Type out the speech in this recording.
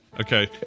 Okay